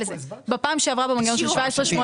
בפעם שעברה במנגנון של 17'-18'